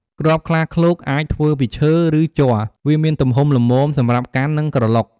គ្រាប់ខ្លាឃ្លោកអាចធ្វើពី ឈើ ឬជ័រ វាមានទំហំល្មមសម្រាប់កាន់ និងក្រឡុក។